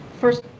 First